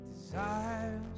desires